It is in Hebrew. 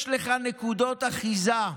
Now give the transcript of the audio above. יש לך נקודות אחיזה,